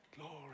Glory